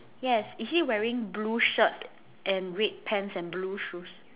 yes is he wearing blue shirt and red pants and blue shoes